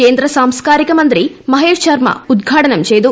കേന്ദ്ര സാസ്കാരിക മന്ത്രി മഹേഷ്ശർമ്മ ഉദ്ഘാടനം ചെയ്തു